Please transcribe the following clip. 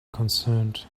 concerned